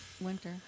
winter